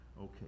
okay